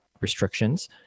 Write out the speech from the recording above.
restrictions